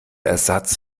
ersatz